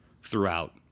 throughout